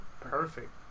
Perfect